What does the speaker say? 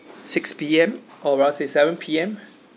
six P_M or rather say seven P_M